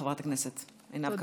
בבקשה, חברת הכנסת עינב קאבלה.